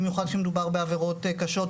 במיוחד כשמדובר בעבירות קשות,